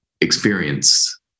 experience